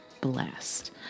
blessed